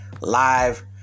live